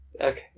Okay